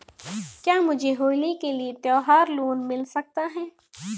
क्या मुझे होली के लिए त्यौहार लोंन मिल सकता है?